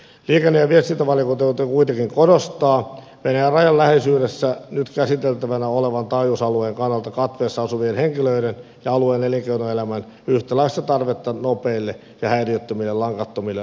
liikenne ja viestintävaliokunta kuitenkin korostaa venäjän rajan läheisyydessä nyt käsiteltävänä olevan taajuusalueen kannalta katveessa asuvien henkilöiden ja alueen elinkeinoelämän yhtäläistä tarvetta nopeille ja häiriöttömille langattomille laajakaistapalveluille